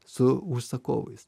su užsakovais